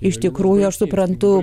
iš tikrųjų aš suprantu